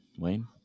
Wayne